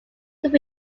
could